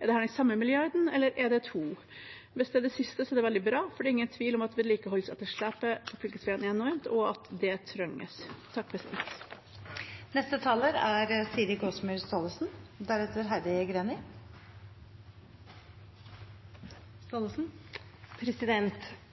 Er dette den samme milliarden, eller er det to? Hvis det er det siste, er det veldig bra, for det er ingen tvil om at vedlikeholdsetterslepet på fylkesveiene er enormt, og at det trengs.